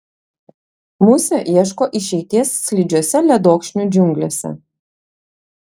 musė ieško išeities slidžiose ledokšnių džiunglėse